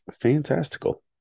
fantastical